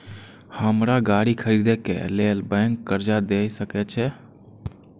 हमरा गाड़ी खरदे के लेल बैंक कर्जा देय सके छे?